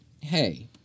hey